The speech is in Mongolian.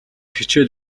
хичээл